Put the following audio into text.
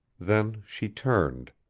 then she turned.